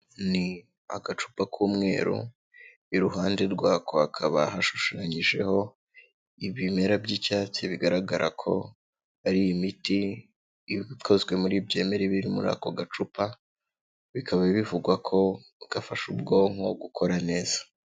Ni agacupa k'umweru iruhande rwako hakaba hashushanyijeho ibimera by'icyatsi, bigaragara ko ari imiti ikozwe muri ibyo bimera iba iri muri ako gacupa, bikaba bivugwa ko gafasha ubwonko gukora neza.